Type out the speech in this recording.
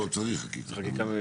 פה צריך חקיקה.